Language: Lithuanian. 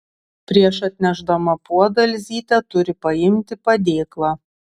prieš atnešdama puodą elzytė turi paimti padėklą